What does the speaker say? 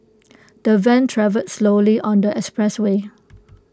the van travelled slowly on the expressway